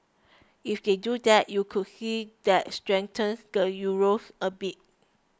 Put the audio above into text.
if they do that you would see that strengthen the Euros a bit